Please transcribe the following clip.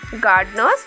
gardeners